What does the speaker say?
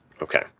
Okay